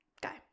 guy